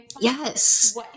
Yes